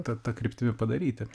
ta ta kryptimi padaryti